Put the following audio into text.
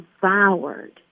devoured